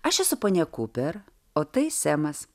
aš esu ponia kuper o tai semas